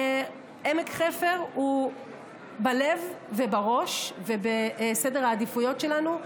עמק חפר הוא בלב ובראש ובסדר העדיפויות שלנו.